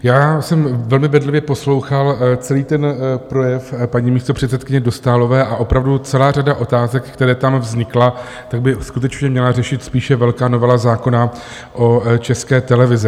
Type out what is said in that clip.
Já jsem velmi bedlivě poslouchal celý ten projev paní místopředsedkyně Dostálové a opravdu celá řada otázek, která tam vznikla, tak by skutečně měla řešit spíše velká novela zákona o České televizi.